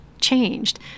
changed